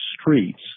streets